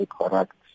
correct